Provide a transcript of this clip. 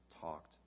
talked